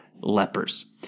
lepers